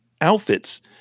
outfits